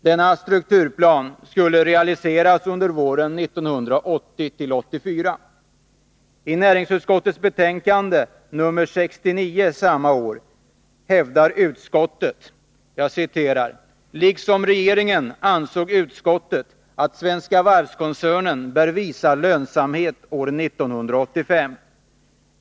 Denna strukturplan skulle realiseras under år 1980-1984. I näringsutskottets betänkande 1979/80:69 hävdar utskottet: ”Liksom regeringen anser utskottet att Svenska Varvs-koncernen bör visa lönsamhet år 1985.